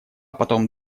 потом